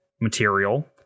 Material